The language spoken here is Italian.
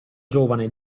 giovane